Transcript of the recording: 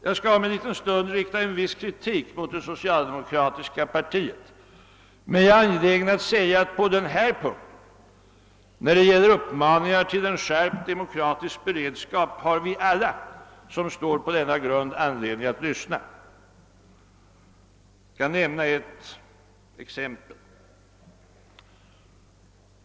Jag skall om en liten stund rikta en viss kritik mot det socialdemokratiska partiet. Men jag är angelägen att säga på denna punkt att uppmaningar till en skärpt demokratisk beredskap har vi alla, som står på denna grund, anledning att lyssna till. Låt mig först nämna ett exempel på detta.